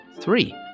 Three